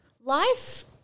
life